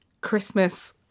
Christmas